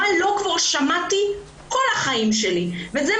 מה לא שמעתי כבר כל החיים שלי וזה,